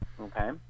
okay